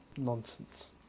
Nonsense